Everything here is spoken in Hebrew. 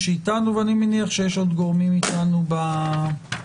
אני מניח שיש עוד גורמים אתנו בזום.